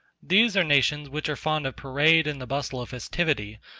these are nations which are fond of parade and the bustle of festivity,